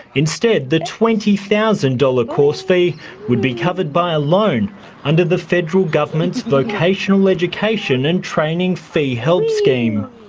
instead, the twenty thousand dollars course fee would be covered by a loan under the federal government's vocational education and training fee-help scheme.